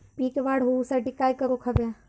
पीक वाढ होऊसाठी काय करूक हव्या?